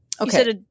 okay